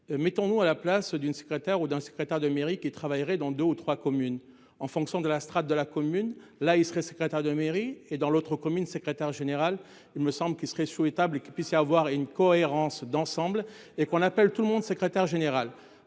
Mettons-nous à la place d'une secrétaire ou d'un secrétaire de mairie qui travailleraient dans 2 ou 3 communes en fonction de la strate de la commune là il serait secrétaire de mairie et dans l'autre commune, secrétaire général. Il me semble qu'il serait souhaitable et qu'il puisse y avoir et une cohérence d'ensemble et qu'on appelle tout le monde secrétaire général